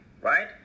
right